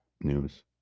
news